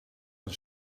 een